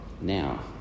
now